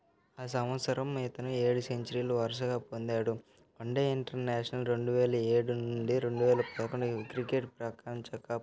ఆ సంవత్సరం ఇతను ఏడు సెంచురీలు వరుసగా పొందాడు వన్ డే ఇంటర్నేషనల్ రెండు వేల ఏడు నుండి రెండు వేల పదకండు క్రికెట్ ప్రపంచ కప్